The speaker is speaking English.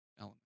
element